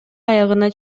аягына